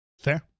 Fair